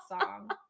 song